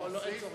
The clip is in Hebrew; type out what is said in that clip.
לא, אין צורך.